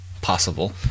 possible